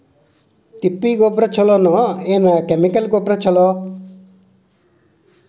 ತಿಪ್ಪಿ ಗೊಬ್ಬರ ಛಲೋ ಏನ್ ಅಥವಾ ಕೆಮಿಕಲ್ ಗೊಬ್ಬರ ಛಲೋ?